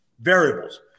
variables